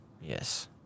Yes